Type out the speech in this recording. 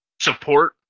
support